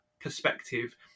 perspective